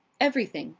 everything,